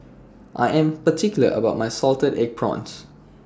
I Am particular about My Salted Egg Prawns